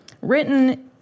written